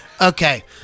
Okay